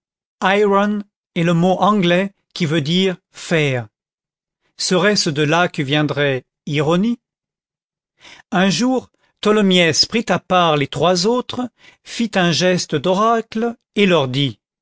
est un mot anglais qui veut dire fer serait-ce de là que viendrait ironie un jour tholomyès prit à part les trois autres fît un geste d'oracle et leur dit